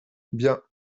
bien